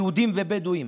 יהודים ובדואים,